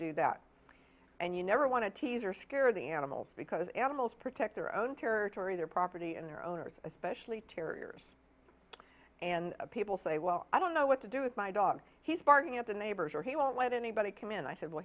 do that and you never want to tease or scare the animals because animals protect their own territory their property and their owners especially terriers and people say well i don't know what to do with my dog he's barking at the neighbors or he won't let anybody come in i said well